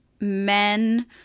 Men